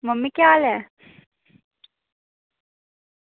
mummy केह् हाल ऐ